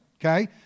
Okay